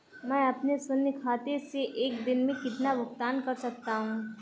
मैं अपने शून्य खाते से एक दिन में कितना भुगतान कर सकता हूँ?